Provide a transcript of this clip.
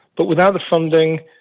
but without the funding,